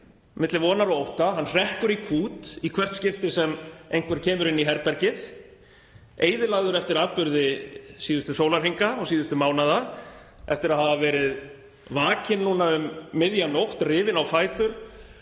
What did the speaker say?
milli vonar og ótta. Hann hrekkur í kút í hvert skipti sem einhver kemur inn í herbergið, eyðilagður eftir atburði síðustu sólarhringa og síðustu mánaða, eftir að hafa verið vakinn um miðja nótt, rifinn á fætur